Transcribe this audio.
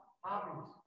Hobbies